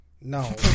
No